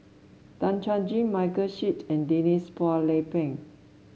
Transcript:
Tan Chuan Jin Michael Seet and Denise Phua Lay Peng